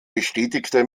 bestätigte